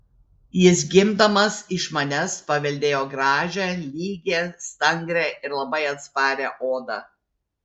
jis gimdamas iš manęs paveldėjo gražią lygią stangrią ir labai atsparią odą